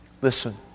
Listen